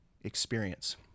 experience